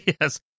Yes